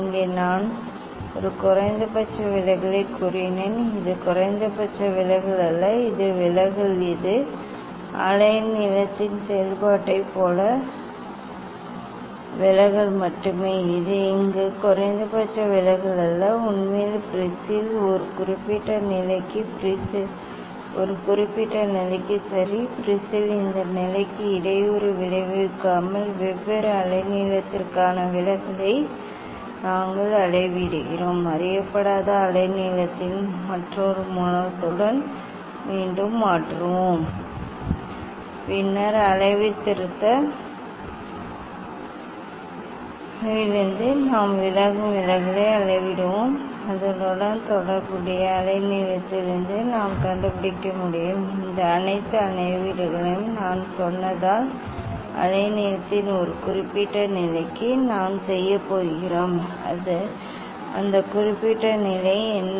இங்கே நான் இதை ஒரு குறைந்தபட்ச விலகலைக் கூறினேன் இது குறைந்தபட்ச விலகல் அல்ல இது விலகல் இது அலை நீளத்தின் செயல்பாட்டைப் போல விலகல் மட்டுமே இது இங்கு குறைந்தபட்ச விலகல் அல்ல உண்மையில் ப்ரிஸின் ஒரு குறிப்பிட்ட நிலைக்கு ப்ரிஸின் ஒரு குறிப்பிட்ட நிலைக்கு சரி பிரிஸின் இந்த நிலைக்கு இடையூறு விளைவிக்காமல் வெவ்வேறு அலை நீளத்திற்கான விலகலை நாங்கள் அளவிடுகிறோம் அறியப்படாத அலை நீளத்தின் மற்றொரு மூலத்துடன் மீண்டும் மாற்றுவோம் பின்னர் அளவுத்திருத்த வளைவில் நாம் விலகும் விலகலை அளவிடுவோம் அதனுடன் தொடர்புடைய அலைநீளத்திலிருந்து நாம் கண்டுபிடிக்க முடியும் இந்த அனைத்து அளவீடுகளையும் நான் சொன்னதால் அலைநீளத்தின் ஒரு குறிப்பிட்ட நிலைக்கு நாம் செய்யப் போகிறோம் அந்த குறிப்பிட்ட நிலை என்ன